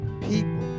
people